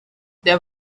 there